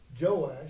Joash